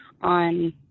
on